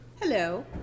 Hello